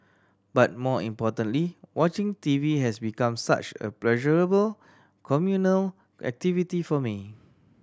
but more importantly watching T V has become such a pleasurable communal activity for me